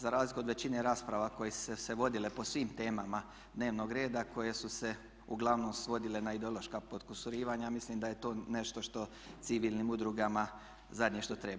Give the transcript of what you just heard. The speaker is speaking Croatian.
Za razliku od većine rasprava koje su se vodile po svim temama dnevnog reda koje su se uglavnom svodile na ideološka potkusurivanja, ja mislim da je to nešto što civilnim udrugama zadnje što treba.